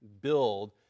build